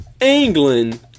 England